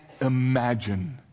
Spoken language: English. imagine